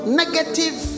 negative